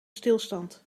stilstand